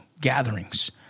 gatherings